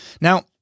Now